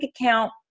account